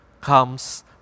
comes